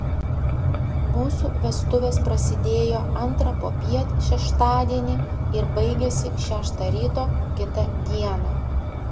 mūsų vestuvės prasidėjo antrą popiet šeštadienį ir baigėsi šeštą ryto kitą dieną